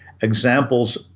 examples